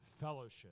fellowship